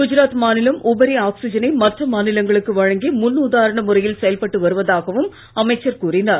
குஜராத் மாநிலம் உபரி ஆக்சிஜனை மற்ற மாநிலங்களுக்கு வழங்கி முன் உதாரண முறையில் செயல்பட்டு வருவதாகவும் அமைச்சர் கூறினார்